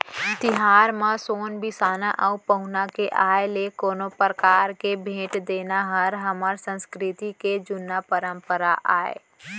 तिहार म सोन बिसाना अउ पहुना के आय ले कोनो परकार के भेंट देना हर हमर संस्कृति के जुन्ना परपंरा आय